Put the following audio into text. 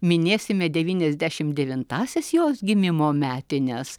minėsime devyniasdešimt devintąsias jos gimimo metines